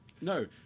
no